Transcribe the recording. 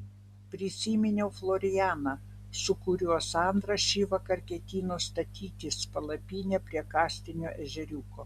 prisiminiau florianą su kuriuo sandra šįvakar ketino statytis palapinę prie kastinio ežeriuko